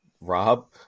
Rob